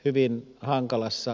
hyvin hankalassa